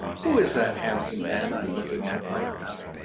who is that handsome man i'm looking at right now?